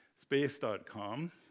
Space.com